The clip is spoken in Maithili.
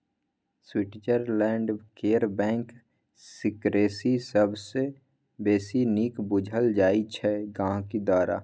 स्विटजरलैंड केर बैंक सिकरेसी सबसँ बेसी नीक बुझल जाइ छै गांहिकी द्वारा